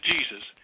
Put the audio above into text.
Jesus